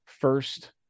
first